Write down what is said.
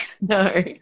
No